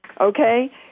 Okay